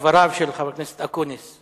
דבריו של חבר הכנסת אקוניס.